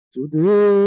Today